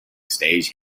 stage